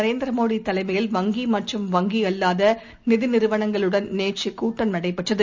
நரேந்திரமோடிதலைமையில் வங்கிமற்றும் வங்கிஅல்லாதநிதிநிறுவனங்களுடன் நேற்றுகூட்டம் நடைபெற்றது